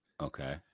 Okay